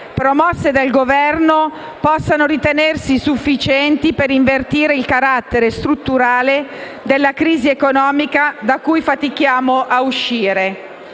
promosse dal Governo possano ritenersi sufficienti per invertire il carattere strutturale della crisi economica da cui fatichiamo a uscire.